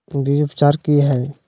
बीज उपचार कि हैय?